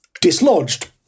dislodged